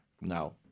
No